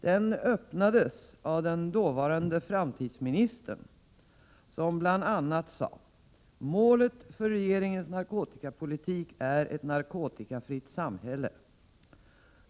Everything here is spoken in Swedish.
Den öppnades av den dåvarande framtidsministern, som bl.a. sade: Målet för regeringens narkotikapolitik är ett narkotikafritt samhälle.